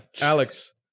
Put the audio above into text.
Alex